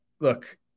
Look